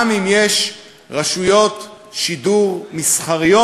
גם אם יש רשויות שידור מסחריות,